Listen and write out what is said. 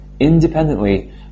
Independently